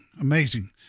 Amazing